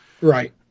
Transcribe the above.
Right